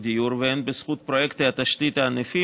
מספר יחידות הדיור והן בזכות פרויקטי התשתית הענפים,